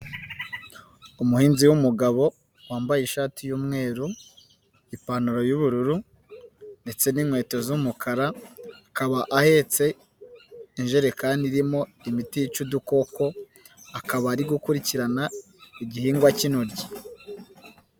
Umuhinzi w'umugabo, wambaye ishati y'umweru, ipantaro y'ubururu, ndetse n'inkweto z'umukara, akaba ahetse injerekani irimo imiti yica udukoko, akaba ari gukurikirana igihingwa k'intoryi.